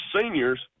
seniors